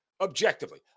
objectively